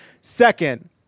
Second